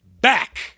back